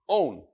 own